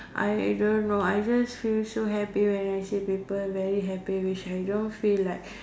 I don't know I just feel so happy when I see people very happy which I don't feel like